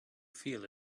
feel